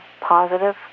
positive